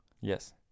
Yes